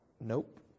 nope